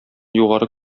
югары